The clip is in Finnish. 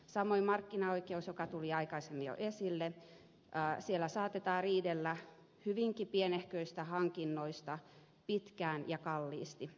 samoin markkinaoikeudessa mikä tuli aikaisemmin jo esille saatetaan riidellä hyvinkin pienehköistä hankinnoista pitkään ja kalliisti